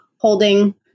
holding